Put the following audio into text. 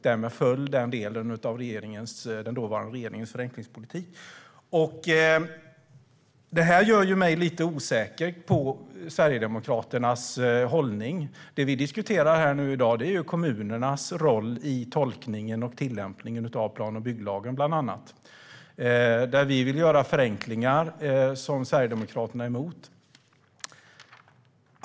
Därmed föll den delen av den dåvarande regeringens förenklingspolitik. Det här gör mig lite osäker på Sverigedemokraternas hållning. I dag diskuterar vi kommunernas roll i tolkningen och tillämpningen av plan och bygglagen bland annat. Vi vill göra förenklingar som Sverigedemokraterna är emot.